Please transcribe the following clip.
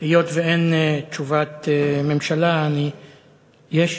היות שאין תשובת ממשלה, יש?